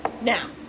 Now